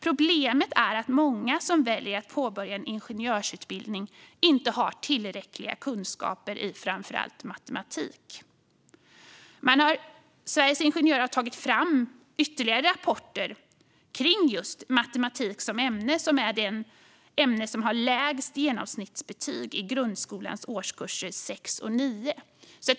Problemet är att många som väljer att påbörja en ingenjörsutbildning inte har tillräckliga kunskaper i framför allt matematik. Sveriges Ingenjörer har tagit fram ytterligare rapporter om just matematik som ämne. Det är det ämne som har lägst genomsnittsbetyg i grundskolans årskurser 6 och 9.